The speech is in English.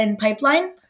Pipeline